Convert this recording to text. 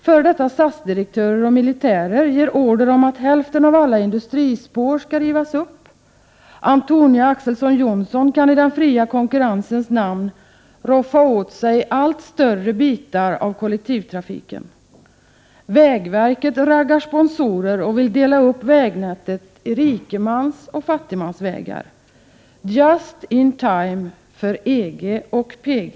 F.d. SAS-direktörer och militärer ger order om att hälften av alla industrispår skall rivas upp. Antonia Ax:son Johnson kan i den fria konkurrensens namn roffa åt sig allt större bitar av kollektivtrafiken. Vägverket raggar sponsorer och vill dela upp vägnätet i rikemansoch fattigmansvägar. Just in time, för EG och PG!